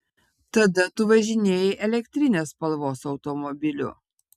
tada tu važinėjai elektrinės spalvos automobiliu